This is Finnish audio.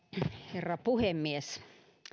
herra puhemies